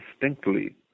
distinctly